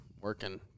working